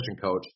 coach